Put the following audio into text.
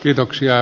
kiitoksia